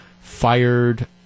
fired